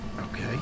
Okay